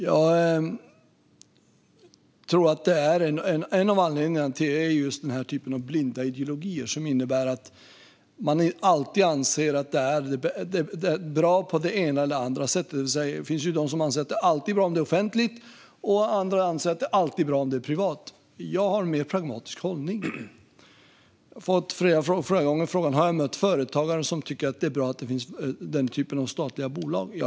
Jag tror att en av anledningarna till det är den här typen av blinda ideologier, som innebär att man alltid anser att det är bra på det ena eller andra sättet; det finns de som anser att det alltid är bra om det är offentligt, medan andra anser att det alltid är bra om det är privat. Jag har en mer pragmatisk hållning. Jag har flera gånger fått frågan: Har jag mött företagare som tycker att det är bra att denna typ av statliga bolag finns?